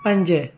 पंज